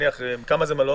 כמה זה מלון?